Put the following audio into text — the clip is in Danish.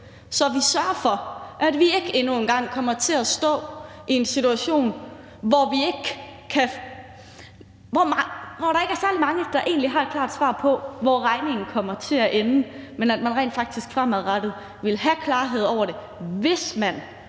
så vi sørger for, at vi ikke endnu en gang kommer til at stå i en situation, hvor der ikke er særlig mange, der egentlig har et klart svar på, hvor regningen kommer til at ende, men at man rent faktisk fremadrettet vil have klarhed over det, hvis man